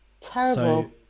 Terrible